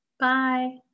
Bye